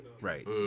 Right